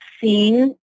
seen